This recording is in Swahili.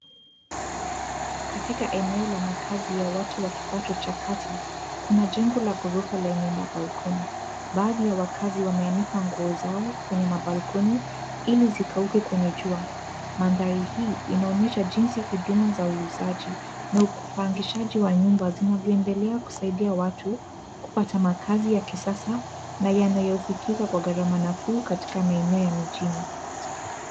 Katika eneo la makazi ya watu wa kipacho cha kati, kuna jengo la ghorofa la mabalkoni. baadhi ya wakazi wameanika nguo zao kwenye mabalkoni ili zikauke kwenye jua. Mandhari hii inaonyesha jinsi huduma za uuzaji na upangishaji wa nyumba zinavyoendelea kusaidia watu kupata makazi ya kisasa na yanayofikika kwa gharama nafuu katika maeneo ya mijini.